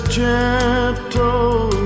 gentle